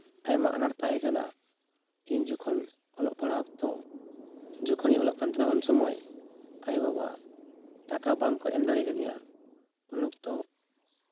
ᱟᱭᱢᱟ ᱟᱱᱟᱴ ᱛᱟᱦᱮᱸ ᱠᱟᱱᱟ ᱤᱧ ᱡᱚᱠᱷᱚᱱ ᱚᱞᱚᱜ ᱯᱟᱲᱦᱟᱣ ᱚᱠᱛᱚ ᱡᱚᱠᱷᱚᱱᱤᱧ ᱚᱞᱚᱜ ᱠᱟᱱ ᱛᱟᱦᱮᱱᱟ ᱩᱱ ᱥᱚᱢᱚᱭ ᱟᱭᱳᱼᱵᱟᱵᱟ ᱴᱟᱠᱟ ᱵᱟᱝᱠᱚ ᱮᱢ ᱫᱟᱲᱮ ᱠᱟᱫᱤᱧᱟ ᱩᱱ ᱚᱠᱛᱚ